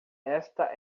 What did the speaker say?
esta